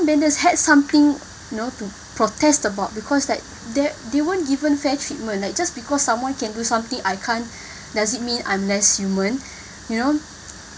non-benders had something you know to protest about because like that they weren't given fair treatment like just because someone can do something I can't does it mean I'm less human you know